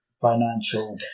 financial